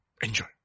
Enjoy